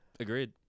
Agreed